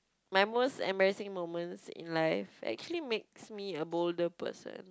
my most embarrassing moments in life actually makes me a bolder person